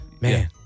Man